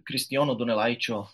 kristijono donelaičio